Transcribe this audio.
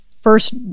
first